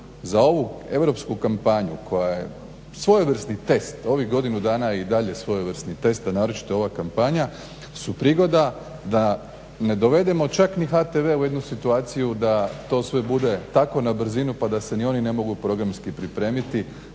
za ovu europsku kampanju koja je svojevrsni test, ovih godinu dana i dalje svojevrsni test a naročito ova kampanja su prigoda da ne dovedemo čak ni HTV u jednu situaciju da to sve bude tako na brzinu pa da se ni oni ne mogu programski pripremiti,